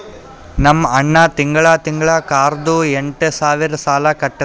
ನಮ್ ಅಣ್ಣಾ ತಿಂಗಳಾ ತಿಂಗಳಾ ಕಾರ್ದು ಎಂಟ್ ಸಾವಿರ್ ಸಾಲಾ ಕಟ್ಟತ್ತಾನ್